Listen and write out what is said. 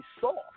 soft